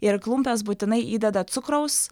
ir į klumpes būtinai įdeda cukraus